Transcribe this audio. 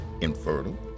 infertile